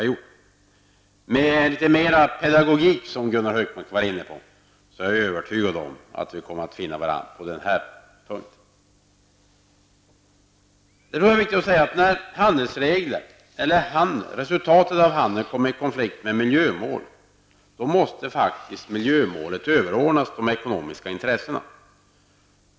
Jag är övertygad om att vi, med litet mera pedagogik, som Gunnar Hökmark var inne på, kommer att kunna finna varandra på den här punkten. Jag tror att det är viktigt att framhålla följande. När handelsregler eller resultatet av handeln kommer i konflikt med miljömålet, måste faktiskt miljömålet överordnas de ekonomiska intressena.